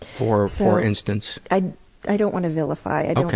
for so for instance? i i don't want to vilify it,